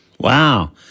Wow